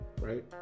right